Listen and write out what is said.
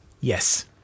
Yes